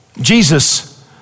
Jesus